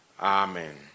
Amen